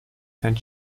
saint